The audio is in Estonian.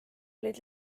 olid